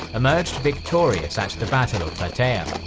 emerged victorious at the battle of plataea.